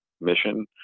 mission